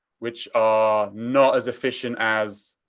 which are not as efficient as,